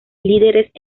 líderes